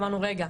אמרנו רגע,